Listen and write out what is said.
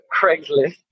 Craigslist